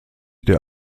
der